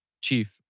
Chief